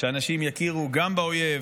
שהאנשים גם יכירו באויב,